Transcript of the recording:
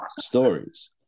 stories